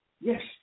Yes